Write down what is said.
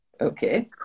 Okay